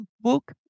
book